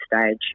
stage